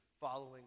following